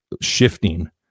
shifting